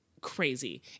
crazy